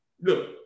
Look